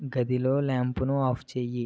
గదిలో ల్యాంప్ను ఆఫ్ చెయ్యి